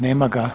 Nema ga.